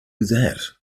that